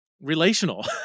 relational